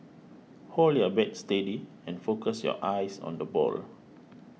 hold your bat steady and focus your eyes on the ball